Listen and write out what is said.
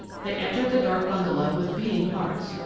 they entered the dark bungalow with beating hearts,